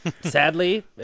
sadly